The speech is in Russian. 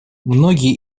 многие